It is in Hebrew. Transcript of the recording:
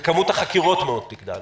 וכמות החקירות מאוד תגדל,